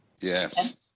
Yes